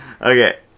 Okay